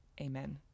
Amen